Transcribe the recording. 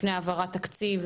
לפני העברת תקציב,